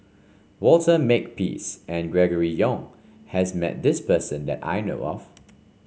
Walter Makepeace and Gregory Yong has met this person that I know of